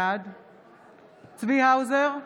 בעד צבי האוזר,